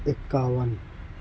اِکیاون